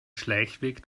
schleichweg